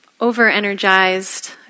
over-energized